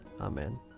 Amen